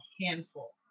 handful